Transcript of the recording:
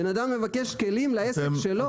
בן אדם מבקש כלים לעסק שלו.